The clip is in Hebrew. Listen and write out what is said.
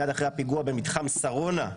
מייד אחרי הפיגוע במתחם שרונה,